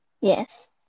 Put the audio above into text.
Yes